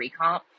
recomp